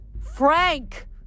Frank